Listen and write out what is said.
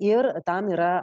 ir tam yra